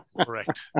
Correct